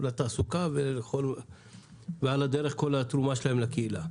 לתעסוקה ועל הדרך כל התרומה שלהם לקהילה,